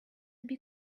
big